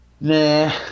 Nah